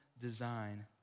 design